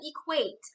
equate